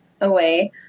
away